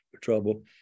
trouble